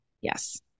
Yes